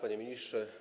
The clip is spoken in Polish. Panie Ministrze!